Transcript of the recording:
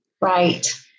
Right